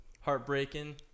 Heartbreaking